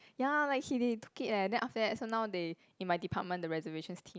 ya like he did took it leh then after that so now they in my department the reservation's team